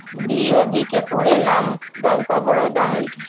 BOB के पूरे नाम बैंक ऑफ बड़ौदा हइ